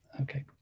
Okay